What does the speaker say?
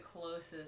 closest